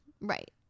right